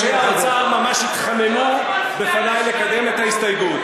אנשי האוצר ממש התחננו בפני לקדם את ההסתייגות.